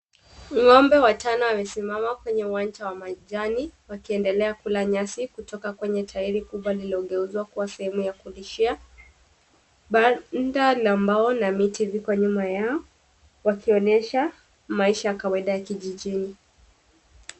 Ng'ombe watano wamesimama kwenye uwanja wa majani wakiendelea kula nyasi kutoka kwenye tairi kubwa lililogeuzwa kuwa sehemu ya kulishia, banda la mbao na miti iko nyuma yao, wakionyesha maisha ya kawaida ya kijijini.